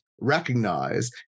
recognize